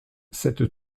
cette